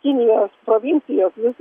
kinijos provincijos vis